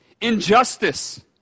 Injustice